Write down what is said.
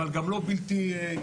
אבל גם לא בלתי ישים.